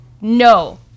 No